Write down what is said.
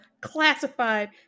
classified